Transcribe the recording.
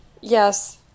Yes